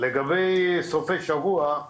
לגבי סופי שבוע,